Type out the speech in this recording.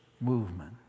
movement